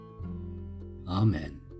Amen